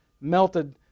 melted